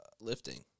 lifting